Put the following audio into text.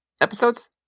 episodes